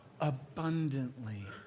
Abundantly